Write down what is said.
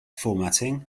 formatting